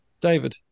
David